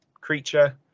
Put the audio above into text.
creature